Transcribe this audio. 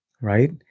right